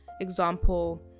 example